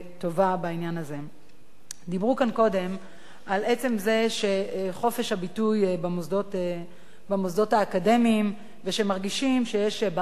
דיברו כאן קודם על חופש הביטוי במוסדות האקדמיים ושמרגישים שיש בעיה.